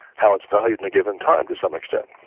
how it's valued in a given time to some extent.